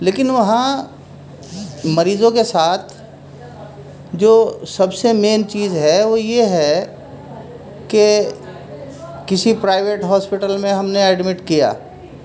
لیکن وہاں مریضوں کے ساتھ جو سب سے مین چیز ہے وہ یہ ہے کہ کسی پرائیویٹ ہاسپیٹل میں ہم نے ایڈمٹ کیا